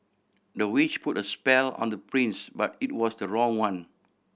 the witch put a spell on the prince but it was the wrong one